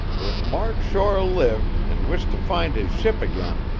if mark shore lived, and wished to find his ship again,